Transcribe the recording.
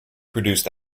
produced